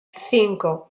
cinco